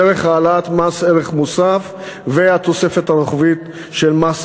דרך העלאת מס ערך מוסף והתוספת הרוחבית של מס הכנסה.